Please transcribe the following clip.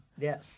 Yes